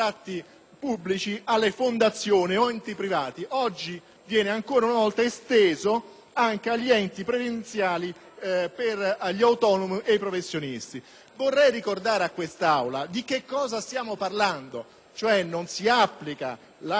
pubblici alle fondazioni o agli enti privati. Oggi essa viene ancora una volta estesa anche agli enti previdenziali, agli autonomi e ai professionisti. Ebbene, vorrei ricordare a quest'Aula di cosa stiamo parlando: in sostanza, non si applica la